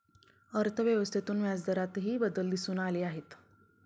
अर्थव्यवस्थेतून व्याजदरातही बदल दिसून आले आहेत